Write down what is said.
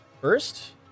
first